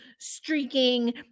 streaking